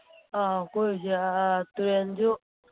ꯑꯧ ꯀꯣꯏꯔꯨꯁꯤ ꯇꯨꯔꯦꯟꯁꯨ